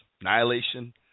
annihilation